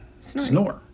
snore